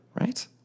right